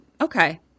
Okay